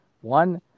one